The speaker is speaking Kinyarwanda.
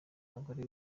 abagore